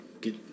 get